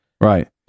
Right